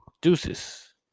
Deuces